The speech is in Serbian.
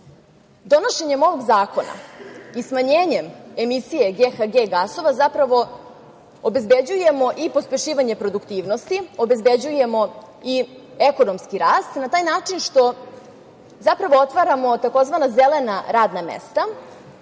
evra. Donošenjem ovog zakona i smanjenjem emisije GHG gasova zapravo obezbeđujemo i pospešivanje produktivnosti, obezbeđujemo i ekonomski rast, na taj način što zapravo otvaramo tzv. „zelena radna mesta“,